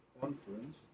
conference